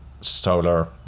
Solar